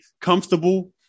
comfortable